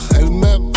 Elle-même